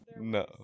No